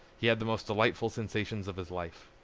he had the most delightful sensations of his life.